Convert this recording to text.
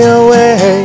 away